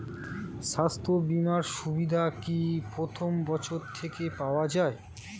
স্বাস্থ্য বীমার সুবিধা কি প্রথম বছর থেকে পাওয়া যায়?